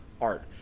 art